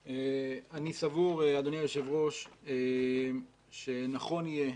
אני סבור, אדוני היושב ראש, שנכון יהיה,